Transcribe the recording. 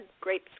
great